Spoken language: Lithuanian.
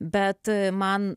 bet man